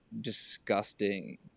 disgusting